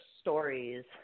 stories